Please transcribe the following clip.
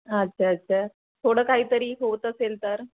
अच्छा अच्छा थोडं काहीतरी होत असेल तर